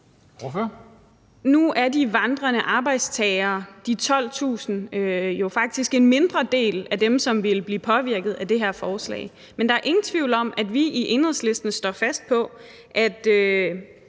Nu er de 12.000 vandrende arbejdstagere jo faktisk en mindre del af dem, som vil blive påvirket af det her forslag, men der er ingen tvivl om, at vi i Enhedslisten står fast på, at